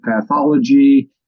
pathology